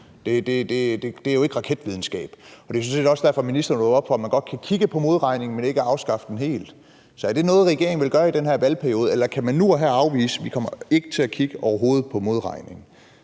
Det er jo ikke raketvidenskab. Og det er sådan set også derfor, at ministeren lukker op for, at man godt kan kigge på modregningen, men ikke afskaffe den helt. Så er det noget, regeringen vil gøre i den her valgperiode? Eller kan man nu og her afvise, at man overhovedet kommer til at kigge på modregning?